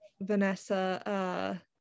Vanessa